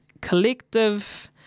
collective